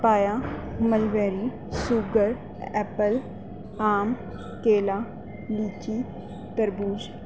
پایا ملویری sugar apple آم کیلا لییچی تربوز